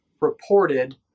reported